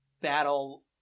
battle